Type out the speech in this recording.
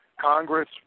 Congress